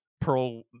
pearl